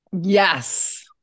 Yes